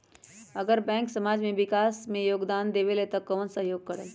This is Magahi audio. अगर बैंक समाज के विकास मे योगदान देबले त कबन सहयोग करल?